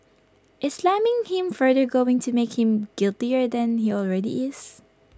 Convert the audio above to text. is slamming him further going to make him guiltier than he already is